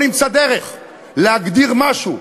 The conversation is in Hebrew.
בוא נמצא דרך להגדיר משהו,